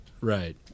Right